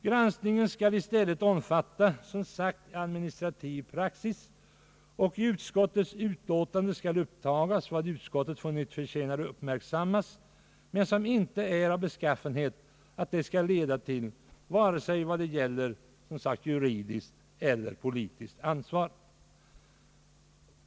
Granskningen skall i stället, som sagt, omfatta administrativ praxis, och i utskottets utlåtande skall upptagas vad utskottet har funnit förtjäna att uppmärksammas, men som inte är av den beskaffenheten att det skulle kunna leda till vare sig juridiskt eller politiskt ansvar.